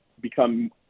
become